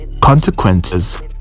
consequences